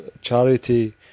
charity